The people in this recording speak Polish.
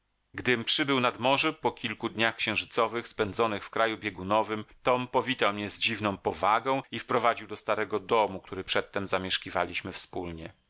gdym przybył nad morze po kilku dniach księżycowych spędzonych w kraju biegunowym tom powitał mnie z dziwną powagą i wprowadził do starego domu który przedtem zamieszkiwaliśmy wspólnie